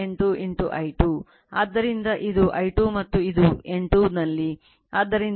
ಆದ್ದರಿಂದ N2 I2 I2 N1